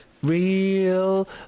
Real